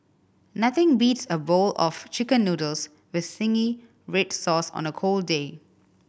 nothing beats a bowl of Chicken Noodles with zingy red sauce on a cold day